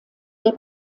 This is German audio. der